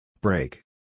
Break